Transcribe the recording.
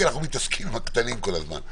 כי אנחנו מתעסקים עם הקטנים כל הזמן.